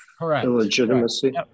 illegitimacy